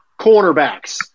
cornerbacks